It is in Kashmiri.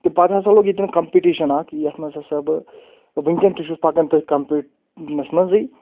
تہٕ پَتہٕ ہَسا لوٚگ ییٚتؠن کَمپِٹِشَن اَکھ یَتھ منٛز ہَسا بہٕ وٕنکؠن تہِ چھُس پَکان تٔتھۍ کَمپِٹنَس منٛزٕے